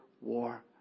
war